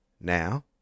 Now